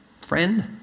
friend